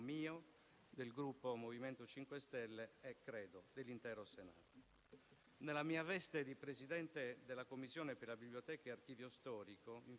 mi costrinse tutta l'estate a studiare i Servizi segreti perché lui era ammalato, ma l'ho fatto con piacere. Ricordo che, quando